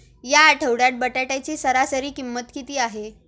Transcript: या आठवड्यात बटाट्याची सरासरी किंमत किती आहे?